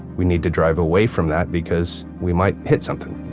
we need to drive away from that, because we might hit something.